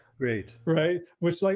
great, right, which, like